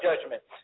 judgments